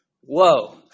whoa